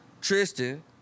Tristan